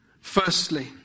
Firstly